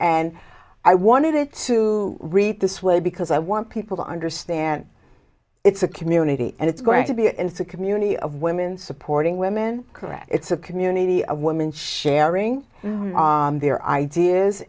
and i wanted it to read this way because i want people to understand it's a community and it's going to be a it's a community of women supporting women correct it's a community of women sharing their ideas